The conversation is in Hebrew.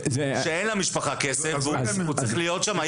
ואין למשפחה כסף צריך להיות שם.